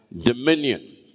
dominion